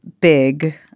big